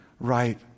right